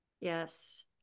Yes